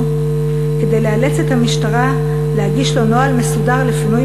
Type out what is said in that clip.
כדי לאלץ את המשטרה להגיש לו נוהל מסודר לפינוי